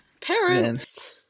parents